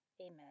Amen